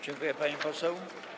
Dziękuję, pani poseł.